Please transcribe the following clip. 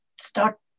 start